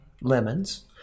lemons